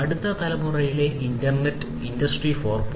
അടുത്ത തലമുറ ഇൻറർനെറ്റായ ഇൻഡസ്ട്രി 4